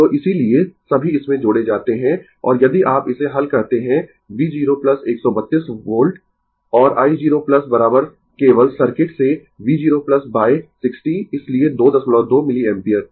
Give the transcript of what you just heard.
तो इसीलिए सभी इसमें जोडें जाते है और यदि आप इसे हल करते है V 0 132 वोल्ट और i 0 केवल सर्किट से V 0 बाय 60 इसलिए 22 मिलिएम्पियर